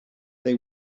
they